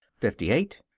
fifty eight.